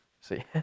See